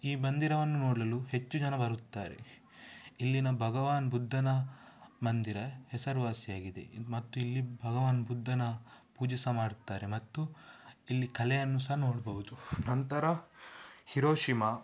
ಈ ಮಂದಿರವನ್ನು ನೋಡಲು ಹೆಚ್ಚು ಜನ ಬರುತ್ತಾರೆ ಇಲ್ಲಿನ ಭಗವಾನ್ ಬುದ್ಧನ ಮಂದಿರ ಹೆಸರುವಾಸಿಯಾಗಿದೆ ಮತ್ತು ಇಲ್ಲಿ ಭಗವಾನ್ ಬುದ್ಧನ ಪೂಜೆ ಸಹ ಮಾಡುತ್ತಾರೆ ಮತ್ತು ಇಲ್ಲಿ ಕಲೆಯನ್ನು ಸಹ ನೋಡಬಹ್ದು ನಂತರ ಹಿರೋಶಿಮ